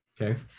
okay